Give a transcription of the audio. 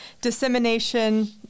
dissemination